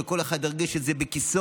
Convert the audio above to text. שכל אחד ירגיש את זה בכיסו,